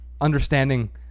understanding